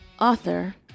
author